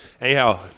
Anyhow